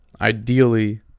Ideally